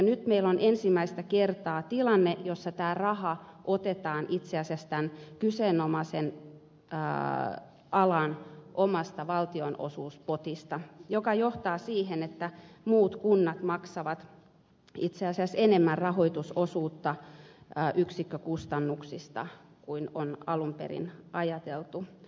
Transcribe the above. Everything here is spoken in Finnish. nyt meillä on ensimmäistä kertaa tilanne jossa tämä raha otetaan itse asiassa tämän kyseenä olevan alan omasta valtionosuuspotista mikä johtaa siihen että muut kunnat maksavat itse asiassa enemmän rahoitusosuutta yksikkökustannuksista kuin on alun perin ajateltu